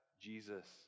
Jesus